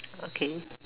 okay